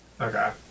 Okay